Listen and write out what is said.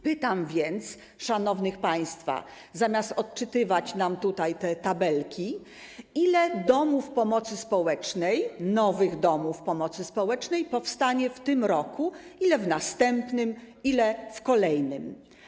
Pytam więc szanownych państwa - zamiast odczytywać nam tutaj te tabelki, powiedzcie, ile domów pomocy społecznej, nowych domów pomocy społecznej, powstanie w tym roku, ile w następnym, ile w kolejnym.